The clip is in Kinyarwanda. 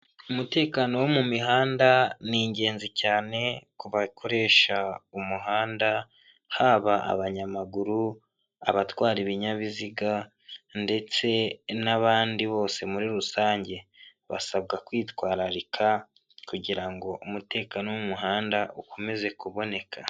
Umutekano wo mu mihanda n'ingenzi cyane ku bakoresha umuhanda haba abanyamaguru abatwara ibinyabiziga ndetse n'abandi bose muri rusange basabwa kwitwararika kugira ngo umutekano wo mumuhanda ukomeze kuboneka.